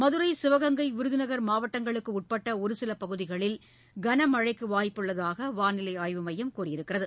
மதுரை சிவகங்கை விருதுநகர் மாவட்டங்களுக்கு உட்பட்ட ஒரு சில பகுதிகளில் கனமழைக்கு வாய்ப்புள்ளதாக வானிலை ஆய்வு மையம் கூறியுள்ளது